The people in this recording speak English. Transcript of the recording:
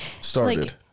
started